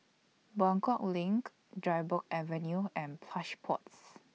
Buangkok LINK Dryburgh Avenue and Plush Pods